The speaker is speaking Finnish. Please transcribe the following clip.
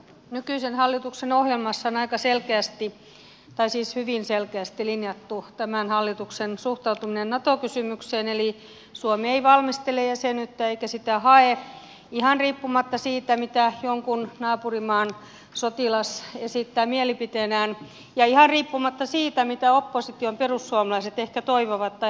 nykyisen hallituksen ohjelmassa on hyvin selkeästi linjattu tämän hallituksen suhtautuminen nato kysymykseen eli suomi ei valmistele jäsenyyttä eikä sitä hae ihan riippumatta siitä mitä jonkun naapurimaan sotilas esittää mielipiteenään ja ihan riippumatta siitä mitä opposition perussuomalaiset ehkä toivovat tai haluavat